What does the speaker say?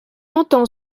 entend